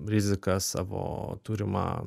riziką savo turimą